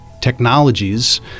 technologies